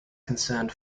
concerned